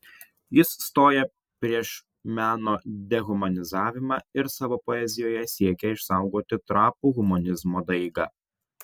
jis stoja prieš meno dehumanizavimą ir savo poezijoje siekia išsaugoti trapų humanizmo daigą